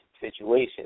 situation